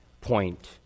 point